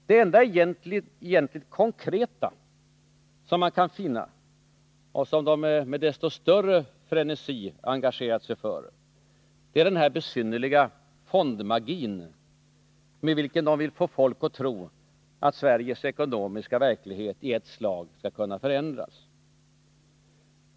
Det enda egentligt konkreta som man kan finna — och som de med desto större frenesi engagerat sig för — det är den besynnerliga fondmagi med vilken de vill få folk att tro att Sveriges ekonomiska verklighet i ett slag skall kunna förändras.